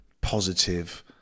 positive